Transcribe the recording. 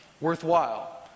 worthwhile